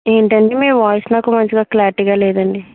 ఏంటండి మీ వాయిస్ నాకు మంచిగా క్లారిటీగా లేదండి